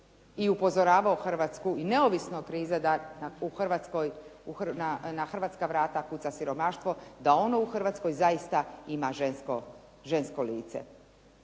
i upozoravao Hrvatsku i neovisno o krizi u Hrvatskoj, na hrvatska vrata kuca siromaštvo, da ono u Hrvatskoj zaista ima žensko lice.